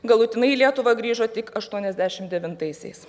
galutinai į lietuvą grįžo tik aštuoniasdešim devintaisiais